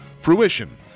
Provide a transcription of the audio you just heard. Fruition